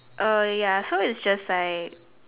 a ya so it's just like